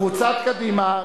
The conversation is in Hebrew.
קבוצת קדימה,